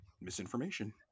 misinformation